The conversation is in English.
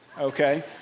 okay